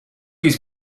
his